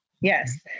Yes